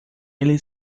ele